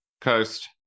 coast